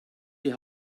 die